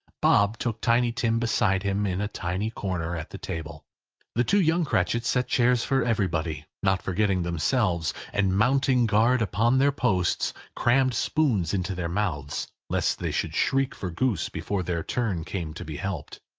bob took tiny tim beside him in a tiny corner at the table the two young cratchits set chairs for everybody, not forgetting themselves, and mounting guard upon their posts, crammed spoons into their mouths, lest they should shriek for goose before their turn came to be helped.